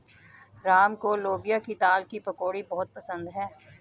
राम को लोबिया की दाल की पकौड़ी बहुत पसंद हैं